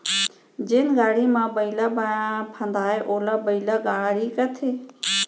जेन गाड़ी म बइला फंदाये ओला बइला गाड़ी कथें